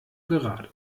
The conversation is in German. gerade